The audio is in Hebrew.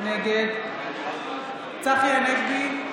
נגד צחי הנגבי,